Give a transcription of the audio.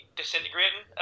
disintegrating